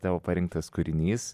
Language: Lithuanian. tavo parinktas kūrinys